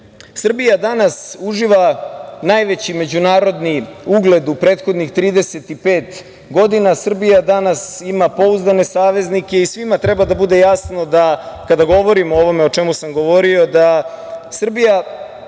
šire. Srbija danas uživa najveći međunarodni ugled u prethodnih 35 godina. Srbija danas ima pouzdane saveznika i svima treba da bude jasno da, kada govorimo o ovome o čemu sam govorio, Srbija